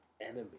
enemy